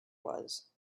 was